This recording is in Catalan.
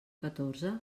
catorze